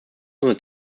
unsere